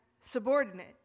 subordinate